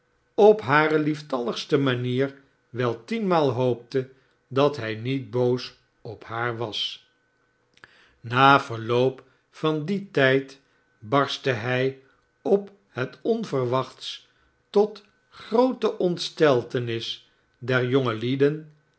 op liare lieftalligste manier wel tienmaal hoopte dat hij niet boos op haar was na verloop van dien tijd barstte hij op het onverwachtst tot groote ontsteltenis der jongelieden